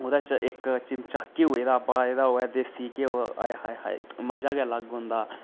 ओह्दे च इक चिमचा घ्यौ दा पाए दा होऐ देसी घ्यौ हाय हाय मजा गै लग्ग होंदा